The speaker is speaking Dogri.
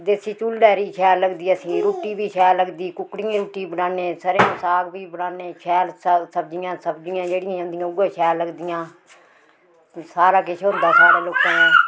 देसी चुल्लै ई शैल लगदी असें रुट्टी बी शैल लगदी कुक्कडियें रुट्टी बनाने सरेआं दा साग बी बनाने शैल सब्जियां सब्जियां जेह्ड़ियां होंदियां उयै शैल लगदियां सारा किश होंदा साढ़े लोकें दे